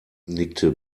nickte